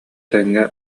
тэҥҥэ